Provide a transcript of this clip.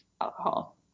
alcohol